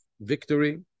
victory